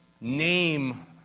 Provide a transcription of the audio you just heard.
name